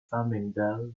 farmingdale